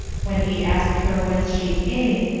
when he asked her whence she came,